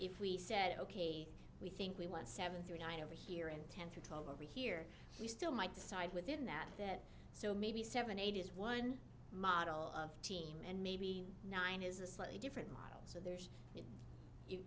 if we said ok we think we want seven three nine over here and ten to come over here we still might decide within that there so maybe seven eight is one model of team and maybe nine is a slightly different model so there's